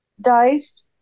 diced